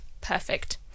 Perfect